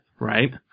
Right